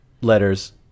letters